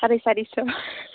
साराय सारिस'